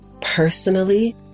personally